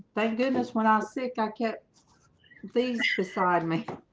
thank goodness when i was sick. i kept these beside me